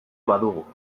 badugu